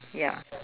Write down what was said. ya